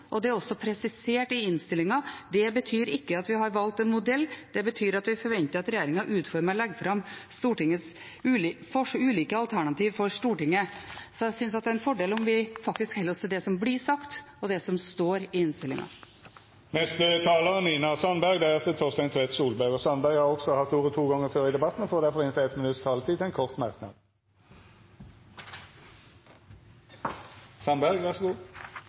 og det er også presisert i innstillingen. Det betyr ikke at vi har valgt en modell, det betyr at vi forventer at regjeringen utformer og legger fram ulike alternativer for Stortinget. Jeg synes at det er en fordel om vi faktisk holder oss til det som blir sagt, og til det som står i innstillingen. Representanten Nina Sandberg har hatt ordet to gonger tidlegare og